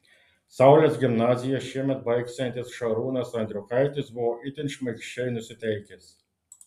saulės gimnaziją šiemet baigsiantis šarūnas andriukaitis buvo itin šmaikščiai nusiteikęs